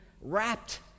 wrapped